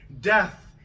death